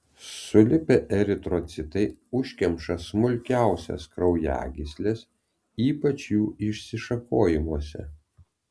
sulipę eritrocitai užkemša smulkiausias kraujagysles ypač jų išsišakojimuose